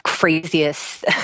craziest